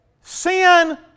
Sin